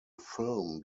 film